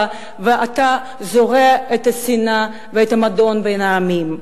ואתה זורע את השנאה ואת המדון בין העמים.